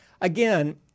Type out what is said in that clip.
again